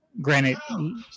granted